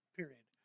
period